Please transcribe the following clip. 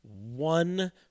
one